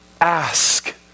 ask